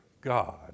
God